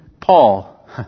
Paul